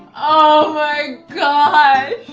ohh my goshhhh